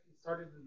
started